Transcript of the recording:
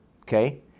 okay